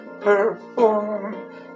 perform